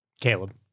Caleb